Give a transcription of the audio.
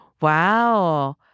Wow